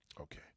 okay